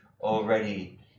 already